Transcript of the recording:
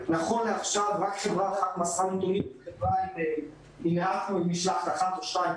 נכון לעכשיו רק חברה אחת מסרה נתונים של משלחת אחת או שתיים,